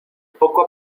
poco